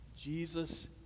Jesus